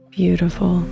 beautiful